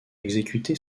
exécuté